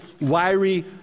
wiry